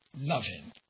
loving